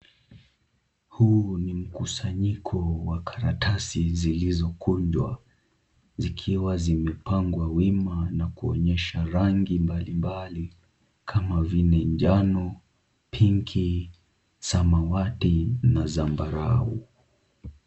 Huu ni mkusanyiko wa karatasi zilizokunjwa, zikiwa zimepangwa wima na kuonyesha rangi mbalimbali kama vile njano, pinki, samawati na zambarau.